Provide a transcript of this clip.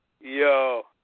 yo